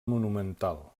monumental